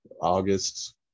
August